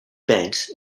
banks